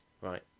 right